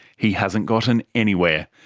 he hasn't gotten anywhere,